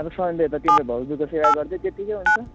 अब सन्डे त तिम्रो भाउजूको सेवा गर्दै त्यतिकै हुन्छ